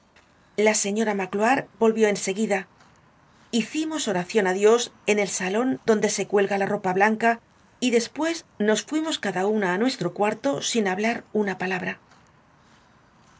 la señora magloire volvió en seguida hicimos oracion á dios en el sajon donde se cuelga la ropa blanca y despues nos fuimos cada una á nuestro cuarto sin hablar una palabra